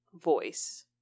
voice